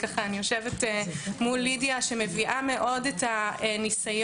אני יושבת מול לידיה שמביאה מאוד את הניסיון